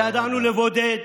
וידענו לבודד.